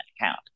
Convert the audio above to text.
account